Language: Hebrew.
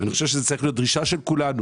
ואני חושב שזו צריכה להיות דרישה של כולנו,